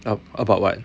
about one